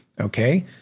Okay